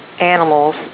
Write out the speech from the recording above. animals